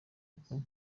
kuko